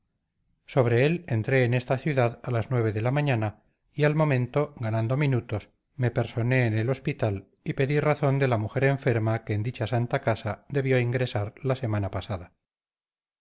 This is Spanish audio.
sobre él entré en esta ciudad a las nueve de la mañana y al momento ganando minutos me personé en el hospital y pedí razón de la mujer enferma que en dicha santa casa debió ingresar la semana pasada